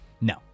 no